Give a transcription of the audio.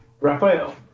Raphael